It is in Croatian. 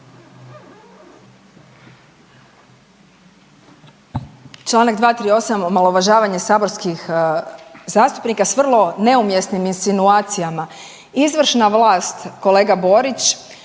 Čl. 238, omalovažavanje saborskih zastupnika s vrlo neumjesnim insinuacijama. Izvršna vlast, kolega Borić,